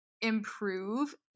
improve